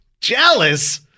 Jealous